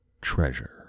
treasure